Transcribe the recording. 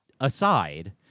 aside